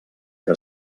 que